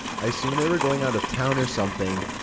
i assumed they were going out of town or something.